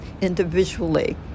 individually